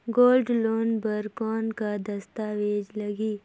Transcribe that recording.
Gold loan बर कौन का दस्तावेज लगही?